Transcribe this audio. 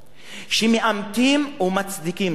שמאמתים ומצדיקים זאת, כמו: